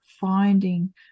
finding